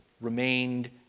remained